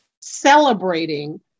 celebrating